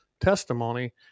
testimony